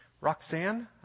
Roxanne